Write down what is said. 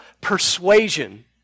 persuasion